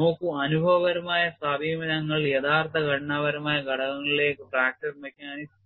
നോക്കൂ അനുഭവപരമായ സമീപനങ്ങൾ യഥാർത്ഥ ഘടനാപരമായ ഘടകങ്ങളിലേക്ക് ഫ്രാക്ചർ മെക്കാനിക്സ്